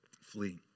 Flee